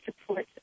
support